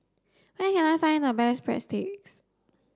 where can I find the best Breadsticks